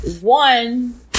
One